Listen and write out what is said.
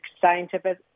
scientific